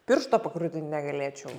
piršto pakrutint negalėčiau